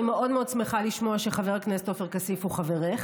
אני מאוד מאוד שמחה לשמוע שחבר הכנסת עופר כסיף הוא חברך.